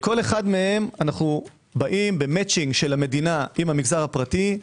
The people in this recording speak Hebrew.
לכל אחד מהם אנו באים במאצ'ינג של המדינה עם המגזר הפרטי.